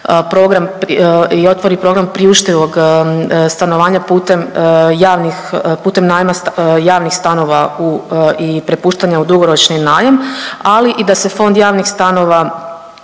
program i otvori program priuštivog stanovanja putem javnih, putem najma javnih stanova i prepuštanja u dugoročni najam, ali i da se fond javnih stanova